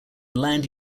land